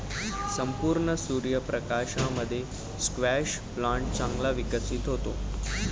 संपूर्ण सूर्य प्रकाशामध्ये स्क्वॅश प्लांट चांगला विकसित होतो